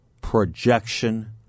projection